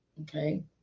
Okay